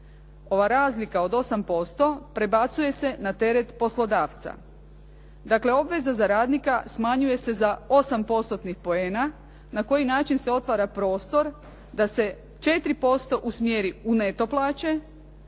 Ova razlika od 8% prebacuje se na teret poslodavca. Dakle, obveza za radnika smanjuje se za 8 postotnih poena, na koji način se otvara prostor da se 4% usmjeri u neto plaće,